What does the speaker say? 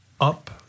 up